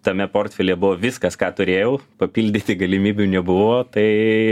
tame portfelyje buvo viskas ką turėjau papildyti galimybių nebuvo tai